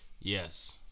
Yes